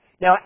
Now